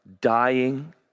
dying